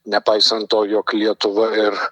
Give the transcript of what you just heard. nepaisant to jog lietuva ir